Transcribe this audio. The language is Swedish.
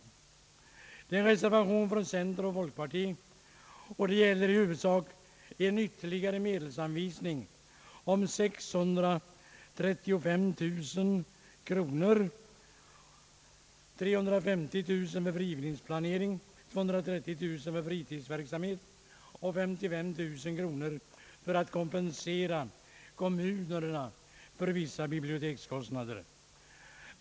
Det är en reservation från centern och folkpartiet, och den gäller i huvudsak en ytterligare medelsanvisning på 635 000 kronor — 350 000 för frigivningsplanering, 230000 för fritidsverksamhet och 55 000 kronor för att kompensera kommunerna för vissa bibliotekskostnader.